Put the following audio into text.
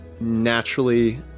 naturally